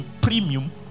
premium